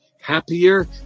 happier